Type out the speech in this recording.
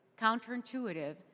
counterintuitive